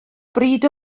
bryd